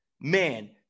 Man